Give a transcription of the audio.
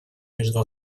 между